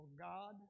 God